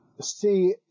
see